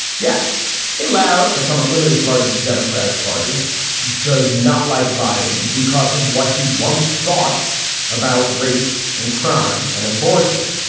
yes a loud but somewhat limited part of the democratic party does not like biden because of what he once thought about race and crime and abortion.